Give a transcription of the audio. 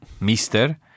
mister